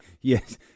Yes